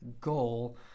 goal